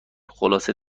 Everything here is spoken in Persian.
خلاصه